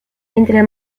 entre